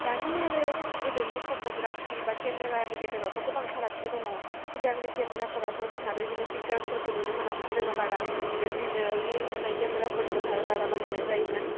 दानि आरो गोदोनि फट'ग्राफि बा केमेरानि गेजेरावथ' गोबां फारागथि दङ सिगांनि केमेराफोराथ जोंहा बिबायदिनो फिसार्चफोरखौ नुनो मोनामोन जोङो बारा बेबायदिनो रिल होनाय केमेराफोरखौ बारा बाहायनाय जायोमोन